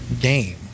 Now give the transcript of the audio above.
game